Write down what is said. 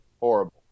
Horrible